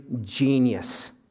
genius